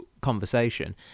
conversation